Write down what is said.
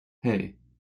hey